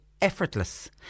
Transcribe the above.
effortless